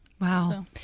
Wow